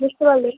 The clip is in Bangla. বুঝতে পারলেন